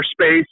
space